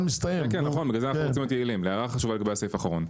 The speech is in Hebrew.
לגבי הסעיף האחרון,